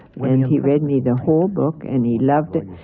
when he read me the whole book, and he loved it.